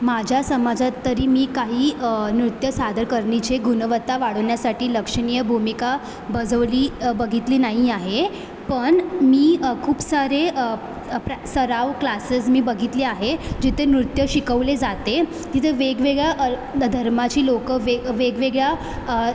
माझ्या समाजात तरी मी काही नृत्य सादर करण्याचे गुणवत्ता वाढवण्यासाठी लक्षणीय भूमिका बजवली बघितली नाही आहे पण मी खूप सारे प्रॅ सराव क्लासेस मी बघितले आहे जिथे नृत्य शिकवले जाते तिथं वेगवेगळ्या धर्माची लोकं वेग वेगवेगळ्या